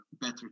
better